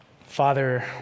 Father